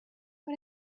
but